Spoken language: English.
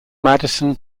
madison